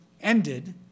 ended